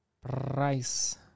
Price